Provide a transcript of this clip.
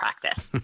practice